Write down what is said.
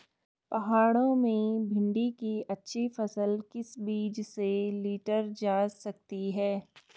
पहाड़ों में भिन्डी की अच्छी फसल किस बीज से लीटर जा सकती है?